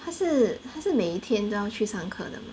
他是他是每一天都要去上课的吗